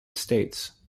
states